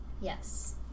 Yes